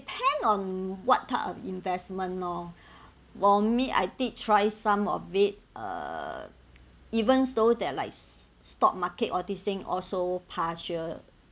depends on what type of investment lor for me I did try some of it uh even though there's like stock market all this thing also past year